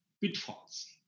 pitfalls